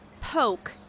poke